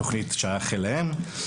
התוכנית ששייך אליהם.